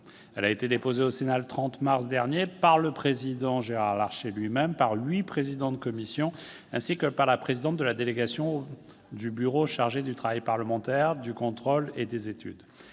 égards. Déposée au Sénat le 30 mars dernier par le président Gérard Larcher lui-même et huit présidents de commission, ainsi que par la présidente de la délégation du Bureau chargée du travail parlementaire, du contrôle et des études,